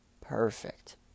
Perfect